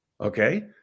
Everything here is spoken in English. Okay